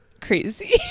crazy